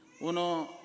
uno